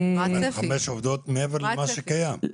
חמש עובדות מעבר למה שקיים?